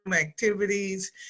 activities